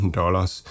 dollars